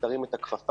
תרים את הכפפה,